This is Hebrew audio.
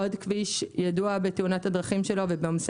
עוד כביש ידוע בתאונות הדרכים שלו ובעומסי